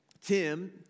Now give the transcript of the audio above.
Tim